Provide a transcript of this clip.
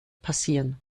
passieren